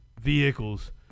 vehicles